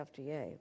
FDA